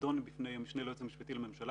נדון בפני המשנה ליועץ המשפטי לממשלה